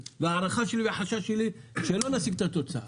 ההערכה שלי והחשש שלי הם שלא נשיג את התוצאה.